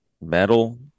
metal